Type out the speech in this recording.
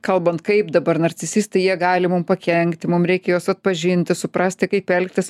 kalbant kaip dabar narcisistai jie gali mum pakenkti mum reikia juos atpažinti suprasti kaip elgtis